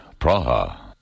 Praha